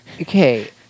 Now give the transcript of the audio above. okay